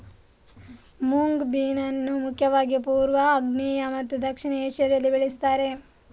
moong bean ಅನ್ನು ಮುಖ್ಯವಾಗಿ ಪೂರ್ವ, ಆಗ್ನೇಯ ಮತ್ತು ದಕ್ಷಿಣ ಏಷ್ಯಾದಲ್ಲಿ ಬೆಳೆಸ್ತಾರೆ